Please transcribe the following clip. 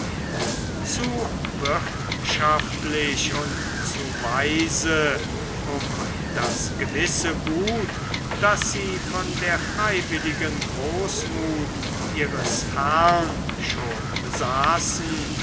zu wirtschaftlich und zu weise um das gewisse gut das sie von der freiwilligen großmuth ihres herrn schon besaßen